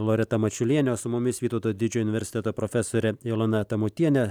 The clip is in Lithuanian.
loreta mačiulienė o su mumis vytauto didžiojo universiteto profesorė ilona tamutienė